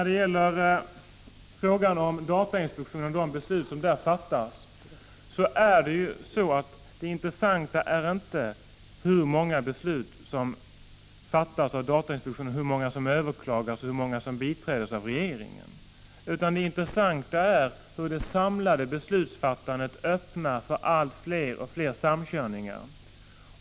Det intressanta är inte hur många beslut som fattades av datainspektionen, hur många som överklagades och hur många som biträddes av regeringen. Det intressanta är hur det samlade beslutsfattandet öppnar för allt fler samkörningar.